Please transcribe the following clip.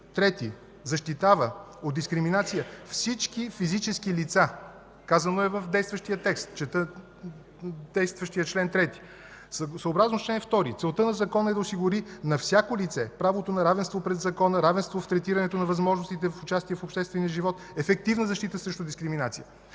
чл. 3 защитава от дискриминация всички физически лица. Казано е в действащия текст. Чета действащия чл. 3: „Съобразно чл. 2 целта на Закона е да осигури на всяко лице правото на равенство пред закона, равенство в третирането на възможностите за участие в обществения живот, ефективна защита срещу дискриминация”.